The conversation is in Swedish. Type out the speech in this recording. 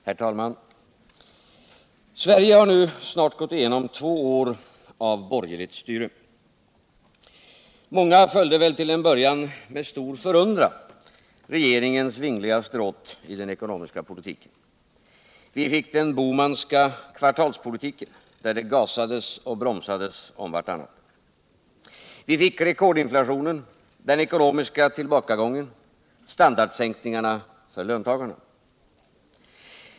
Herr talman! Sverige har nu snart gått igenom två år av borgerligt styre. Många följde väl till en början med stor förundran regeringens vingliga stråt i den ekonomiska politiken. Vi fick den Bohmanska kvartalspolitiken, där det gasades och bromsades om vartannat. Vi fick rekordinflationen, den ekonomiska tillbakagången, standardsänkningarna för löntagarna.